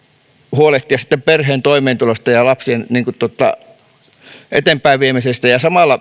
huolehtia sitten perheen toimeentulosta ja lapsien eteenpäinviemisestä ja samalla